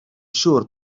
siŵr